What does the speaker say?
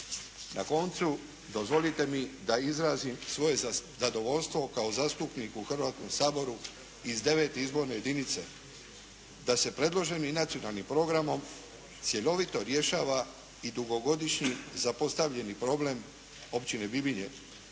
Na koncu dozvolite mi da izrazim svoje zadovoljstvo kao zastupnik u Hrvatskom saboru iz 9. izborne jedinice da se predloženim nacionalnim programom cjelovito rješava i dugogodišnji zapostavljeni problem općine Bibinje